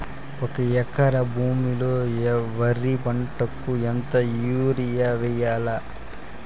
ఒక ఎకరా భూమిలో వరి పంటకు ఎంత యూరియ వేయల్లా?